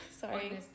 Sorry